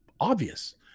obvious